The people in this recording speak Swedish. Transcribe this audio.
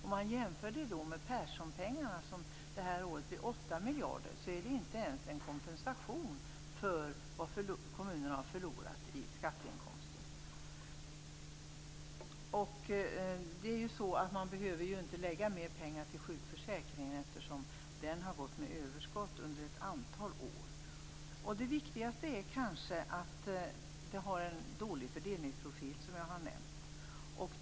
Om man jämför detta med Perssonpengarna, som det här året blir 8 miljarder, är dessa inte ens en kompensation för vad kommunerna har förlorat i skatteinkomster. Det är ju inte så att man behöver lägga mer pengar till sjukförsäkringen. Den har ju gått med överskott under ett antal år. Det viktigaste är kanske att det, som jag har nämnt, har en dålig fördelningseffekt.